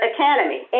Academy